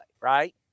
right